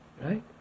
Right